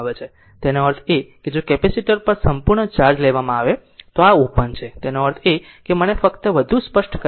તેનો અર્થ એ કે જો કેપેસિટર પર સંપૂર્ણ ચાર્જ લેવામાં આવે છે અને આ ઓપન છે તેનો અર્થ એ છે કે મને ફક્ત વસ્તુ સ્પષ્ટ કરવા દો